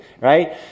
right